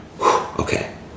okay